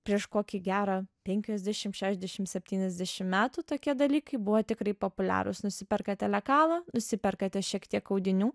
prieš kokį gerą penkiasdešim šešiasdešim septyniasdešim metų tokie dalykai buvo tikrai populiarūs nusiperkate lekalą nusiperkate šiek tiek audinių